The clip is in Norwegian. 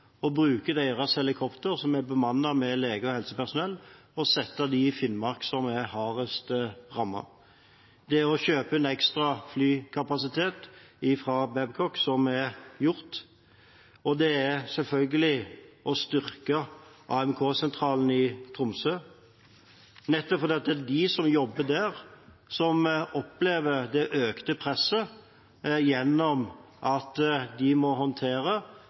Forsvaret, bruke deres helikoptre som er bemannet med lege og helsepersonell, og sette dem inn i Finnmark, som er hardest rammet. Det er å kjøpe inn ekstra flykapasitet fra Babcock, som er gjort, og det er selvfølgelig å styrke AMK-sentralen i Tromsø, nettopp fordi det er de som jobber der, som opplever det økte presset ved at de må håndtere